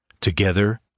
Together